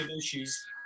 issues